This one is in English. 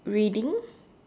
reading